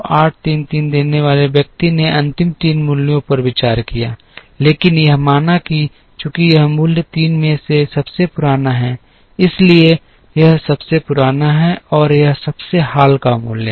26833 देने वाले व्यक्ति ने अंतिम 3 मूल्यों पर भी विचार किया लेकिन यह माना कि चूंकि यह मूल्य 3 में से सबसे पुराना है इसलिए यह सबसे पुराना है और यह सबसे हाल का मूल्य है